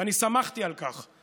ואני שמחתי על כך,